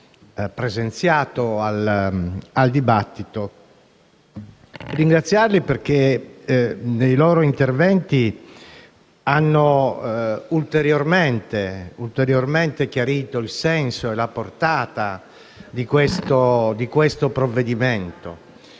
presenziato al dibattito. Vorrei ringraziarli perché nei loro interventi hanno ulteriormente chiarito il senso e la portata di questo provvedimento,